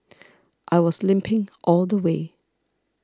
I was limping all the way